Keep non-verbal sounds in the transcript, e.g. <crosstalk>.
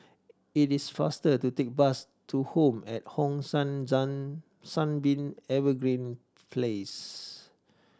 it is faster to take the bus to Home at Hong San <unintelligible> Sunbeam Evergreen Place